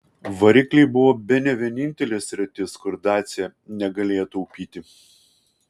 varikliai buvo bene vienintelė sritis kur dacia negalėjo taupyti